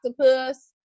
octopus